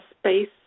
space